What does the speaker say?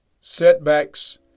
setbacks